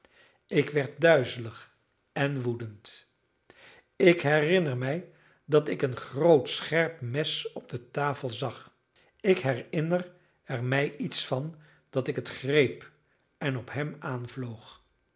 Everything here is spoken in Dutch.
ik werd duizelig en woedend ik herinner mij dat ik een groot scherp mes op de tafel zag ik herinner er mij iets van dat ik het greep en op hem